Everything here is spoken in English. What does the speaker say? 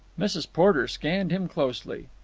mrs. porter scanned him closely.